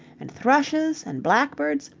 and thrushes and blackbirds.